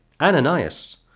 Ananias